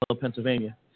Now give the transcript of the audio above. Pennsylvania